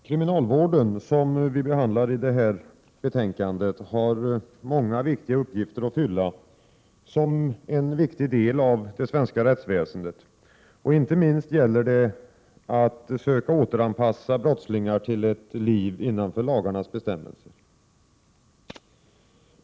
Herr talman! Kriminalvården, som vi behandlar i det här betänkandet, har många viktiga uppgifter att fylla som en angelägen del av det svenska rättsväsendet, inte minst när det gäller att söka återanpassa brottslingar till ett liv innanför lagarnas bestämmelser.